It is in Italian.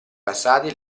passati